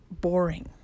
boring